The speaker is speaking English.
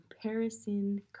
comparison